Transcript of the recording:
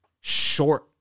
short